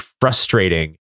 frustrating